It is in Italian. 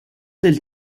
del